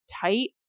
tight